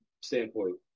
standpoint